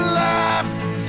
left